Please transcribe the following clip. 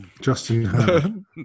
Justin